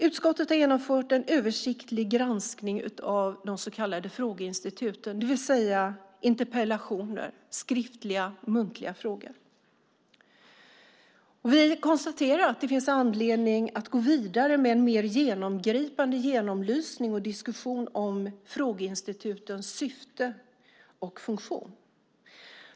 Utskottet har genomfört en översiktlig granskning av de så kallade frågeinstituten, det vill säga interpellationer, skriftliga och muntliga frågor. Vi konstaterar att det finns anledning att gå vidare med en mer genomgripande genomlysning och diskussion om frågeinstitutens syfte och funktion.